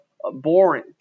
boring